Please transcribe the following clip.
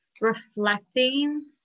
reflecting